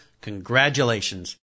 congratulations